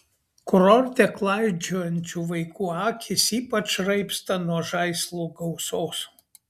kurorte klaidžiojančių vaikų akys ypač raibsta nuo žaislų gausos